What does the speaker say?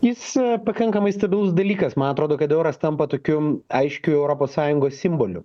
jis pakankamai stabilus dalykas man atrodo kad euras tampa tokiu aiškiu europos sąjungos simboliu